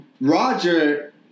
Roger